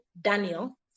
Daniel